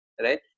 Right